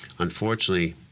Unfortunately